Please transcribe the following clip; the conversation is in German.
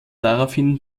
daraufhin